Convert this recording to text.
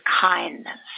kindness